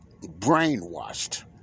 brainwashed